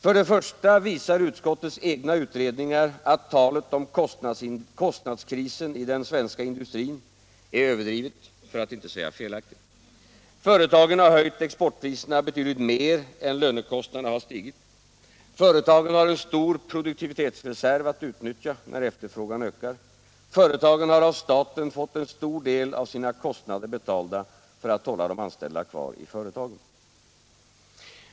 För det första visar utskottets egna utredningar att talet om kostnadskrisen i den svenska industrin är betydligt överdrivet, för att inte säga felaktigt. Företagen har höjt exportpriserna betydligt mer än lönekostnaderna stigit, företagen haren stor produktivitetsreserv att utnyttja när efterfrågan ökar, företagen har av staten fått en stor del av sina kostnader betalda för att hålla de anställda kvar i företagen.